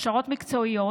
והכשרות מקצועיות,